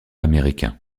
américains